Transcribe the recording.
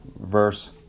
verse